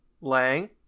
Lang